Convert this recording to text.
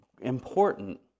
important